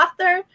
author